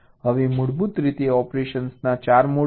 હવે મૂળભૂત રીતે ઓપરેશનના 4 મોડ્સ છે